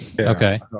okay